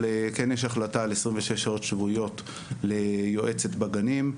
אבל כן יש החלטה על 26 שעות שבועיות ליועצת בגנים,